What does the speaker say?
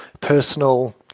personal